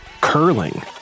curling